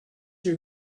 you